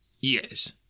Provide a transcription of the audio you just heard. Yes